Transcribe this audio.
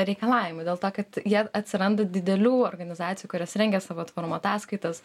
reikalavimai dėl to kad jie atsiranda didelių organizacijų kurias rengia savo tvarumo ataskaitas